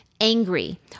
angry